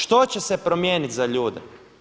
Što će se promijeniti za ljude?